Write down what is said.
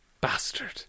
bastard